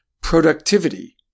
productivity